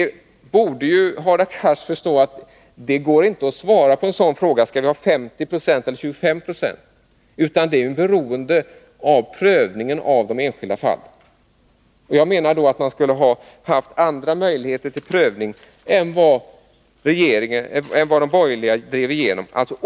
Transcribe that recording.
Hadar Cars borde förstå att det inte går att besvara en sådan fråga — om nivån skulle ligga på 50 eller 25 90 av nuvarande investeringar. Det är beroende av prövningen i de enskilda fallen. Och jag menar att vi borde ha andra möjligheter till prövning än vad de borgerliga drev igenom.